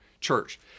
church